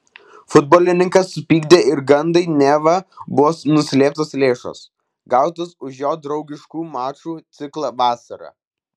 futbolininką supykdė ir gandai neva buvo nuslėptos lėšos gautos už jo draugiškų mačų ciklą vasarą